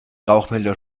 rauchmelder